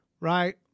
right